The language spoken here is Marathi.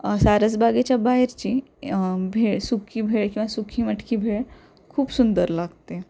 सारसबागेच्या बाहेरची भेळ सुकी भेळ किंवा सुकी मटकी भेळ खूप सुंदर लागते